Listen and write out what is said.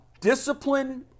discipline